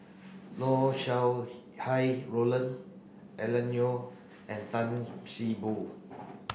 Sau Hai Roland Alan Oei and Tan See Boo